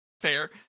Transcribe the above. Fair